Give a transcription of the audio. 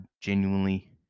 genuinely